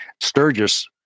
Sturgis